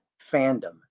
fandom